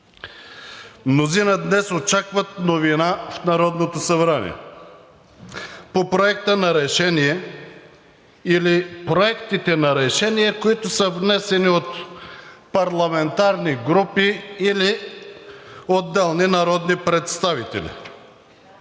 Мнозина днес очакват новина в Народното събрание по Проекта на решение или проектите на решения, които са внесени от парламентарни групи или отделни народни представители.